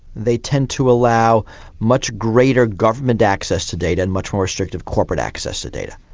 they tend to allow much greater government access to data and much more restrictive corporate access to data.